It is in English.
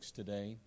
today